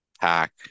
pack